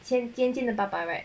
尖尖进的爸爸 right